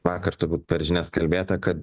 vakar turbūt per žinias kalbėta kad